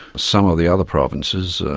some of the other provinces,